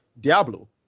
Diablo